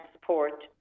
support